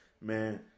man